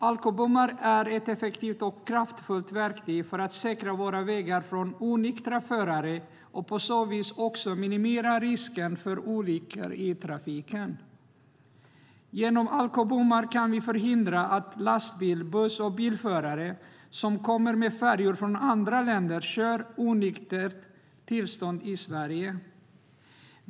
Alkobommar är ett effektivt och kraftfullt verktyg för att säkra våra vägar från onyktra förare och på så vis minimera risken för olyckor i trafiken. Genom alkobommar kan vi förhindra att lastbils, buss och bilförare som kommer med färjor från andra länder kör i onyktert tillstånd i Sverige.